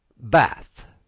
bath,